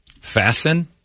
Fasten